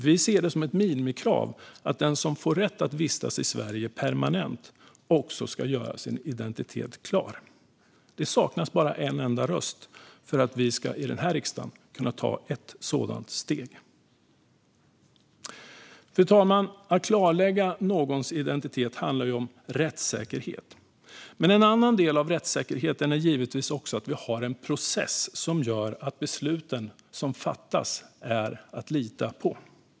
Vi ser det som ett minimikrav att den som får rätt att vistas i Sverige permanent också ska göra sin identitet klar. Det saknas bara en enda röst för att vi i riksdagen ska kunna ta ett sådant steg. Fru talman! Att klarlägga någons identitet handlar om rättssäkerhet. En annan del av rättssäkerheten är givetvis att vi också har en process som gör att besluten som fattas är att lita på.